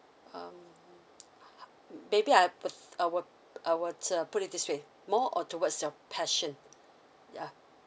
um maybe I put I will I will uh put it this way more or towards your passion yeah